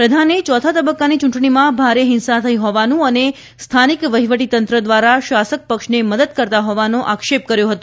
પ્રધાને ચોથા તબક્કાની ચૂંટણીમાં ભારે હિંસા થઇ હોવાનું અને સ્થાનિક વહીવટીતંત્ર દ્વારા શાસક પક્ષને મદદ કરતા હોવાનો આક્ષેપ કર્યો હતો